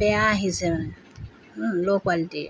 বেয়া আহিছে low quality